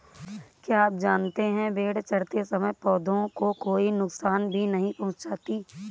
क्या आप जानते है भेड़ चरते समय पौधों को कोई नुकसान भी नहीं पहुँचाती